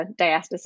diastasis